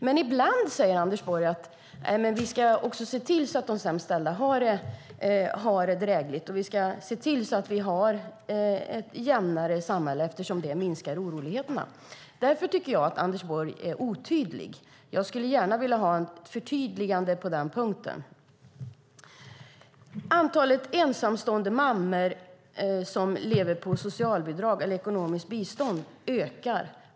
Men ibland säger Anders Borg att vi ska se till att de sämst ställda har det drägligt och att vi ska se till att vi har ett jämnare samhälle eftersom det minskar oroligheterna. Därför tycker jag att Anders Borg är otydlig. Jag skulle gärna vilja ha ett förtydligande på denna punkt. Antalet ensamstående mammor som lever på socialbidrag, eller ekonomiskt bistånd, ökar.